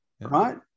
Right